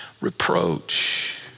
reproach